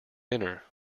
dinner